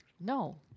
No